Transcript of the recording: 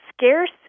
scarce